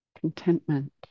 contentment